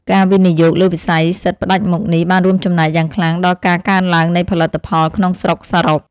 ការវិនិយោគលើវិស័យសិទ្ធិផ្តាច់មុខនេះបានរួមចំណែកយ៉ាងខ្លាំងដល់ការកើនឡើងនៃផលិតផលក្នុងស្រុកសរុប។